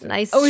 Nice